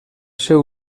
seu